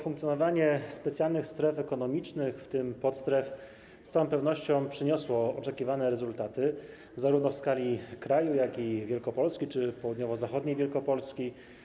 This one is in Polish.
Funkcjonowanie specjalnych stref ekonomicznych, w tym podstref, z całą pewnością przyniosło oczekiwane rezultaty, zarówno w skali kraju, jak i Wielkopolski czy południowo-zachodniej Wielkopolski.